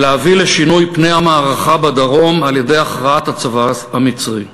ולהביא לשינוי פני המערכה בדרום על-ידי הכרעת הצבא המצרי.